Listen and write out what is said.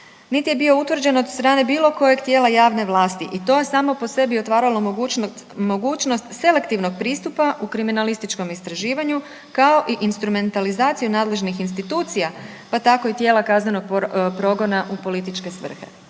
niti je bio utvrđen od strane bilo kojeg tijela javne vlasti i to je samo po sebi otvaralo mogućnost selektivnog pristupa u kriminalističkom istraživanju kao i instrumentalizaciju nadležnih institucija pa tako i tijela kaznenog progona u političke svrhe.